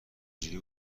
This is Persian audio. جوری